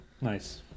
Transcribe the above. Nice